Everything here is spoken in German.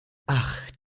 ach